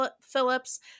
Phillips